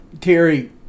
Terry